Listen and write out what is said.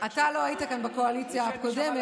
אתה לא היית כאן בקואליציה הקודמת.